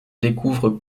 découvre